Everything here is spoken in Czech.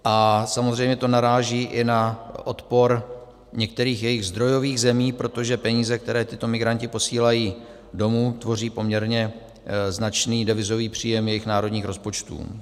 A samozřejmě to naráží i na odpor některých jejich zdrojových zemí, protože peníze, které tito migranti posílají domů, tvoří poměrně značný devizový příjem jejich národních rozpočtů.